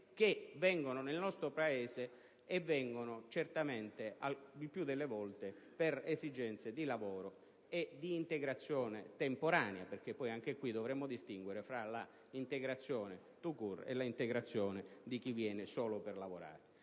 che vengono nel nostro Paese, e vengono certamente il più delle volte per esigenze di lavoro e di integrazione temporanea. Anche qui dovremmo distinguere tra l'integrazione *tout court* e quella di chi viene solo per lavorare.